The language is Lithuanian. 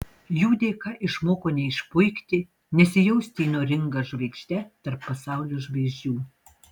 jų dėka išmoko neišpuikti nesijausti įnoringa žvaigžde tarp pasaulio žvaigždžių